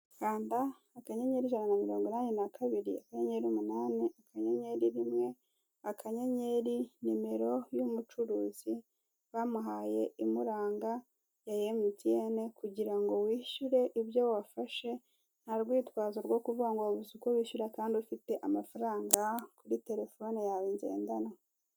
Kanda akanyenyeri ijana na mirongo inane na kabiri, akanyenyeri umunani, akanyenyeri rimwe, akanyenyeri nimero y'umucuruzi bamuhaye imuranga ya emutiyene kugira ngo wishyure ibyo wafashe, ntarwitwazo rwo kuvuga ngo wabuze uko wishyura kandi ufite amafaranga kuri telefone yawe ngendanwa.